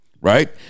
right